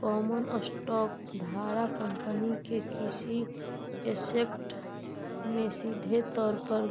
common stock धारक company के किसी ऐसेट में सीधे तौर पर